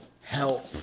help